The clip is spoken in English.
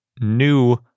new